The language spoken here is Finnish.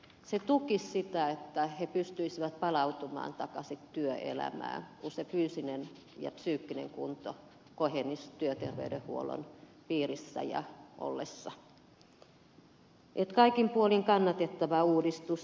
se tukisi sitä että he pystyisivät palautumaan takaisin työelämään kun se fyysinen ja psyykkinen kunto kohenisi työterveyshuollon piirissä ja siellä ollessa niin että kaikin puolin kannatettava uudistus